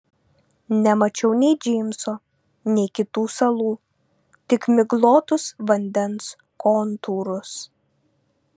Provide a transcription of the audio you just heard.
nemačiau nei džeimso nei kitų salų tik miglotus vandens kontūrus